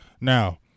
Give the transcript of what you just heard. Now